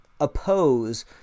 oppose